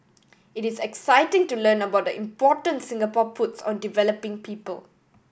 it is exciting to learn about the importance Singapore puts on developing people